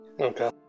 Okay